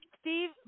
Steve